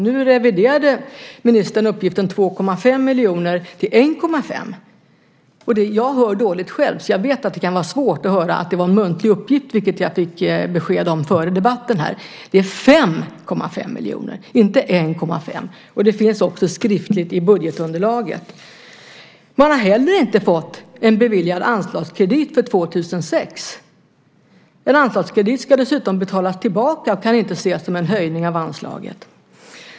Nu reviderade ministern uppgiften 2,5 miljoner till 1,5. Jag hör dåligt själv, så jag vet att det kan vara svårt att höra. Det var en muntlig uppgift, vilket jag fick besked om före debatten. Det är 5,5 miljoner och inte 1,5. Det finns också skriftligt i budgetunderlaget. Man har inte heller fått en beviljad anslagskredit för 2006. En anslagskredit ska dessutom betalas tillbaka och kan inte ses som en höjning av anslaget.